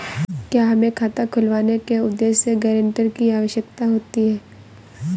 क्या हमें खाता खुलवाने के उद्देश्य से गैरेंटर की आवश्यकता होती है?